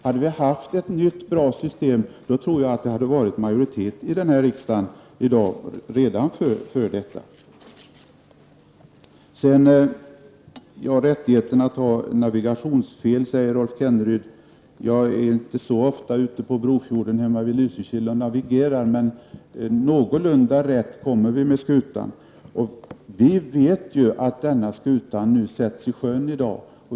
Hade vi haft ett nytt bra system tror jag att vi redan i dag hade fått majoritet i riksdagen för det. Man skall ha rättigheten att göra navigationsfel, säger Rolf Kenneryd. Jag är inte så ofta ute på Brofjorden hemma vid Lysekil. Jag navigerar, och någorlunda rätt kommer vi med skutan. Vi vet att denna skuta sätts i sjön i dag.